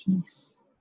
peace